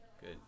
Good